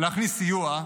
להכניס סיוע,